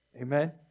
Amen